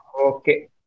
Okay